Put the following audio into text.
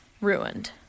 ruined